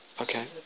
Okay